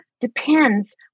depends